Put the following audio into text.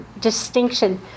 distinction